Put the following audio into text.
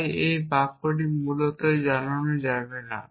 তাই এই বাক্যটি মূলত জানানো যাবে না